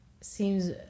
seems